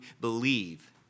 believe